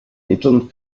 mitteln